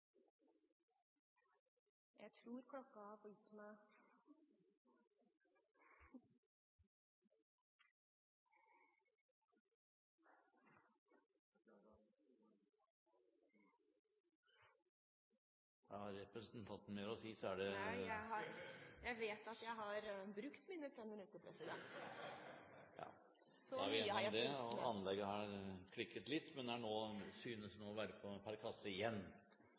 Jeg tror klokken har gitt meg … Har representanten mer å si, så er det … Nei, jeg vet at jeg har brukt mine 5 minutter. Da er vi enige om det. Anlegget har klikket litt, men synes nå å være på plass igjen.